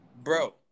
Bro